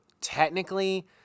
technically